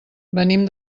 venim